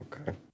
Okay